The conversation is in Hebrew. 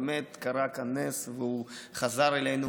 ובאמת קרה כאן נס והוא חזר אלינו.